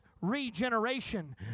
regeneration